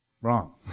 Wrong